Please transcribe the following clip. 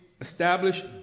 established